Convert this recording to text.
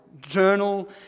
journal